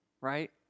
Right